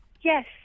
Yes